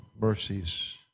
mercies